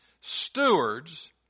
Stewards